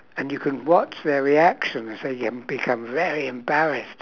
and you can watch their reactions they um become very embarrassed